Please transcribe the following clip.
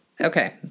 Okay